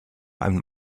einem